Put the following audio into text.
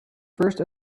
first